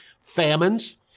famines